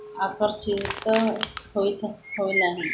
ଆକର୍ଷିତ ହୋଇଥାଏ ହୋଇନାହିଁ